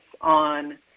on